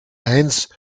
eins